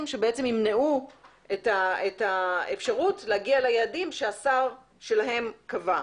שימנעו את האפשרות להגיע ליעדים שהשר שלהם קבע.